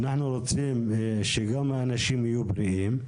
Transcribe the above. אנחנו רוצים שגם האנשים יהיו בריאים,